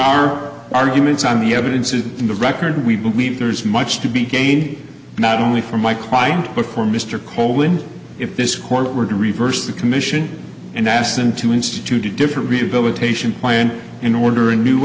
our arguments on the evidence is in the record we believe there is much to be gained not only for my client but for mr colin if this court were to reverse the commission and asked him to institute a different rehabilitation plan in order a new